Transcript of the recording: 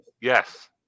Yes